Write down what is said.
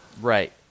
Right